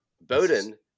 bowden